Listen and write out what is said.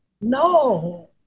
no